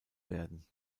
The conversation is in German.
werden